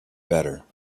better